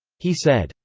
he said,